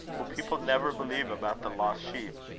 will people never believe about the lost sheep?